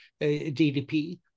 GDP